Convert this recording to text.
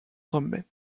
sommet